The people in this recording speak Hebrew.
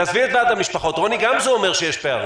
תעזבי את ועד המשפחות, רוני גמזו אומר שיש פערים.